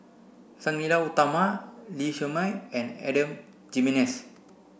Sang Nila Utama Lee Shermay and Adan Jimenez